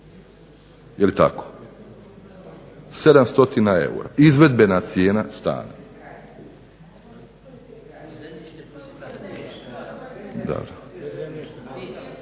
Je li tako? 700 eura izvedbena cijena stana.